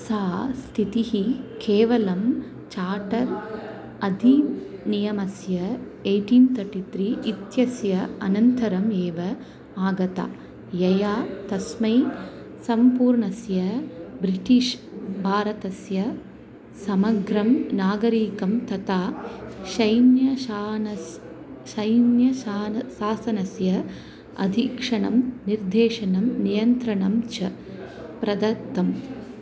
सा स्थितिः केवलं चाटर् अधिनियमस्य ऐटीन् तर्टि त्री इत्यस्य अनन्तरम् एव आगता यया तस्मै सम्पूर्णस्य ब्रिटीष् भारतस्य समग्रं नागरीकं तथा सैन्यशासनं सैन्यशासनं शासनस्य अधीक्षणं निर्देशनं नियन्त्रणं च प्रदत्तम्